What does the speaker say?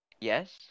Yes